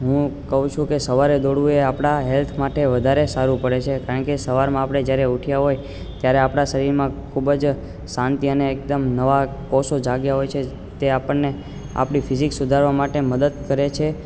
હું કહું છું કે સવારે દોડવું એ આપણા હેલ્થ માટે વધારે સારું પડે છે કારણ કે સવારમાં આપણે જ્યારે ઊઠ્યા હોઈએ ત્યારે આપણા શરીરમાં ખૂબ જ શાંતિ અને એકદમ નવા કોષો જગ્યા હોય છે તે આપણને આપણી ફિજિકસ સુધારવા માટે મદદ કરે છે